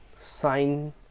sign